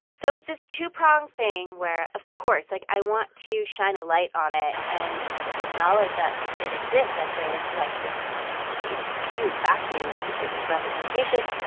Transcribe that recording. so it's this two-pronged thing where, of course, like, i want to shine a light on it and acknowledge that it exists, that there's, like, this huge vacuum in terms of representation.